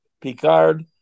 Picard